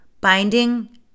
binding